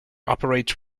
operates